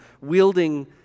wielding